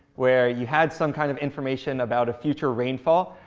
where you had some kind of information about a future rainfall.